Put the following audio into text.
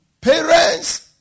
parents